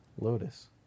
Lotus